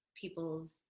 people's